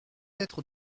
être